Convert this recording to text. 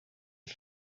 for